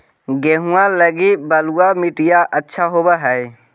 गेहुआ लगी बलुआ मिट्टियां अच्छा होव हैं?